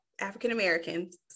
African-Americans